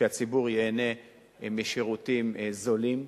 שהציבור ייהנה משירותים זולים.